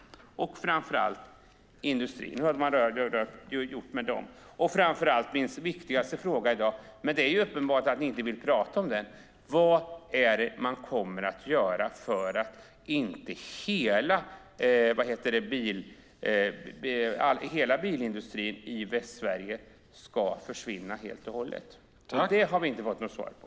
Min viktigaste fråga i dag, som det är uppenbart att ni inte vill prata om, var: Vad kommer man att göra för att inte hela bilindustrin i Västsverige ska försvinna helt och hållet? Det har vi inte fått något svar på.